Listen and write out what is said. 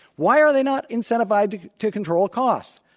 why are they not incentivized to control costs?